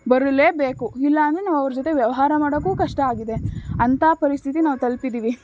ಬರಲೇಬೇಕು ಇಲ್ಲ ಅಂದರೆ ನಾವು ಅವ್ರ ಜೊತೆ ವ್ಯವಹಾರ ಮಾಡೋಕ್ಕೂ ಕಷ್ಟ ಆಗಿದೆ ಅಂಥ ಪರಿಸ್ಥಿತಿಗೆ ನಾವು ತಲುಪಿದ್ದೀವಿ